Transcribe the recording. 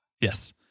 Yes